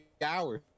hours